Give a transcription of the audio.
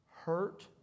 hurt